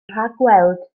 rhagweld